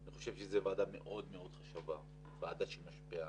אני חושב שזו ועדה מאוד מאוד חשובה, ועדה שמשפיעה,